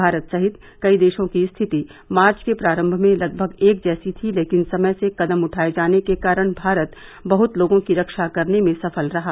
भारत सहित कई देशों की स्थिति मार्च के प्रारम्भ में लगभग एक जैसी थी लेकिन समय से कदम उठाये जाने के कारण भारत बहत लोगों की रक्षा करने में सफल रहा